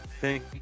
thank